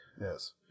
Yes